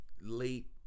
late